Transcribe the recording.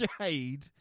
Jade